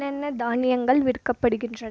என்னென்ன தானியங்கள் விற்கப்படுகின்றன